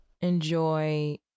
enjoy